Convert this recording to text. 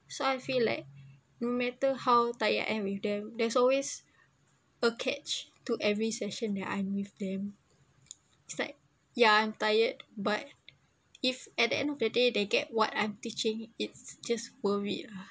so I feel like no matter how tired I am with them there's always a catch to every session that I'm with them it's like yeah I'm tired but if at the end of the day they get what I'm teaching it's just worth it lah